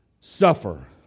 suffer